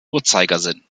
uhrzeigersinn